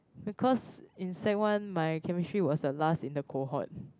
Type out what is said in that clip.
because in sec one my chemistry was the last in the cohort